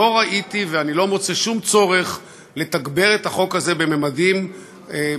לא ראיתי ואני לא מוצא שום צורך לתגבר את החוק הזה בממדים גדולים,